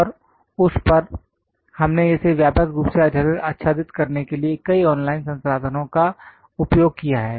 और उस पर हमने इसे व्यापक रूप से आच्छादित करने के लिए कई ऑनलाइन संसाधनों का उपयोग किया है